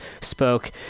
spoke